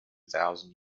thousand